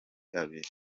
abiri